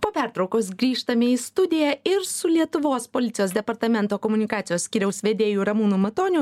po pertraukos grįžtame į studiją ir su lietuvos policijos departamento komunikacijos skyriaus vedėju ramūnu matoniu